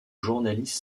journaliste